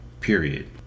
period